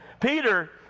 Peter